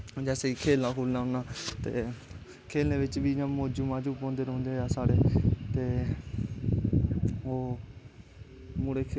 जैसे कि खेलना खूलना होना ते खेलने च बी इयां मौजू माजू पौंदे रौंह्दे ऐ साढ़े ते ओह् मुड़े